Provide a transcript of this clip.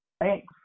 Thanks